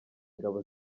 ngabo